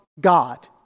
God